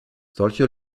solche